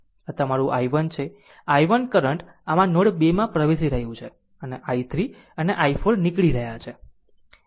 આમ આ તમારું i1 છે i1 કરંટ આમાં નોડ 2 માં પ્રવેશ કરી રહ્યું છે અને i3 અને i4 નીકળી રહ્યા છે